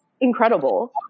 incredible